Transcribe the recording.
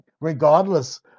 Regardless